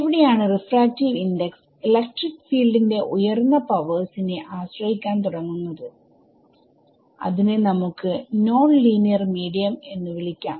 എവിടെയാണ് refractive index electric field ന്റെ ഉയർന്ന പവർസ് നെ ആശ്രയിക്കാൻ തുടങ്ങുന്നത് അതിനെ നമുക്ക് നോൺ ലീനിയർ മീഡിയം എന്ന് വിളിക്കാം